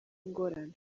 ingorane